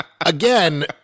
Again